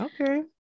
okay